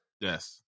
Yes